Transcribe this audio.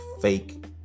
fake